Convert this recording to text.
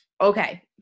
Okay